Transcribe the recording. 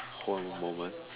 hold on one moment